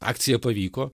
akcija pavyko